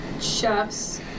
Chef's